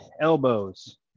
elbows